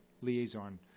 liaison